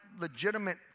legitimate